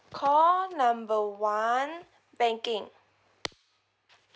call number one banking